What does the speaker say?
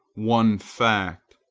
one fact,